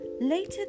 Later